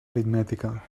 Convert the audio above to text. aritmètica